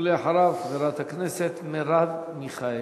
ולאחריו, חברת הכנסת מרב מיכאלי.